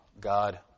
God